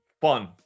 Fun